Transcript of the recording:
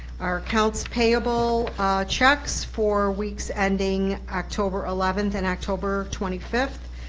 our accounts payable checks for weeks ending october eleventh and october twenty fifth,